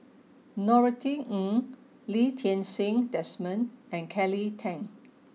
Norothy Ng Lee Ti Seng Desmond and Kelly Tang